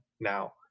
now